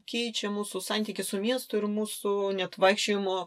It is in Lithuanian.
keičia mūsų santykį su miestu ir mūsų net vaikščiojimo